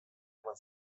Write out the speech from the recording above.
eman